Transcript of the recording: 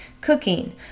cooking